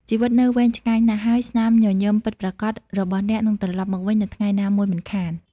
ជីវិតនៅវែងឆ្ងាយណាស់ ហើយស្នាមញញឹមពិតប្រាកដរបស់អ្នកនឹងត្រឡប់មកវិញនៅថ្ងៃណាមួយមិនខាន។